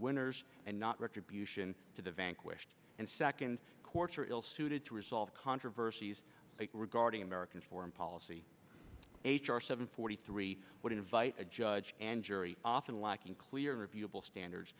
winners and not retribution to the van question and second quarter ill suited to resolve controversies regarding american foreign policy h r seven forty three would invite a judge and jury often lacking clear repeatable standards